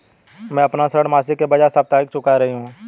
मैं अपना ऋण मासिक के बजाय साप्ताहिक चुका रही हूँ